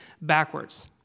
backwards